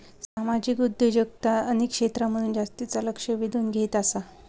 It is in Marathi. सामाजिक उद्योजकता अनेक क्षेत्रांमधसून जास्तीचा लक्ष वेधून घेत आसा